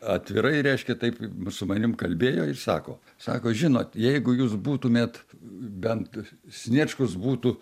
atvirai reiškia taip su manim kalbėjo ir sako sako žinot jeigu jūs būtumėt bent sniečkus būtų